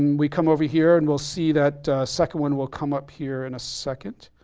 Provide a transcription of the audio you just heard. we come over here and we'll see that second one will come up here in a second.